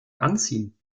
anziehen